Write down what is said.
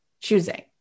choosing